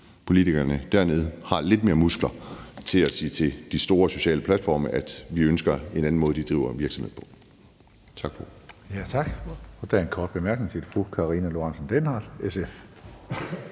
politikerne dernede har lidt flere muskler til at sige til de store sociale medier-platforme, at vi ønsker, at de driver virksomhed på en